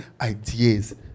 ideas